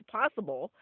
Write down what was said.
possible